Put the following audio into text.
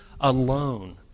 alone